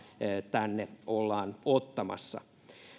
tänne ollaan ottamassa myös